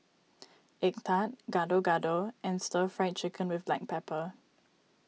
Egg Tart Gado Gado and Stir Fried Chicken with Black Pepper